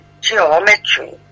geometry